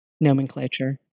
nomenclature